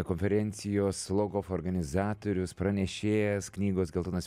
konferencijos logof organizatorius pranešėjas knygos geltonas